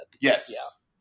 Yes